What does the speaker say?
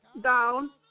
down